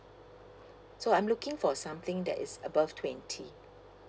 so I'm looking for something that is above twenty